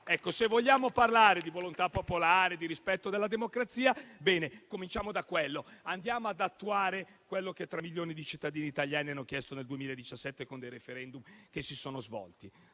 fa. Se vogliamo parlare di volontà popolare e di rispetto della democrazia, cominciamo da quello e andiamo ad attuare quanto 3 milioni di cittadini italiani hanno chiesto nel 2017 con dei *referendum* che si sono svolti.